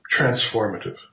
Transformative